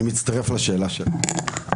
אני מצטרף לשאלה שלך.